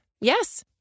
Yes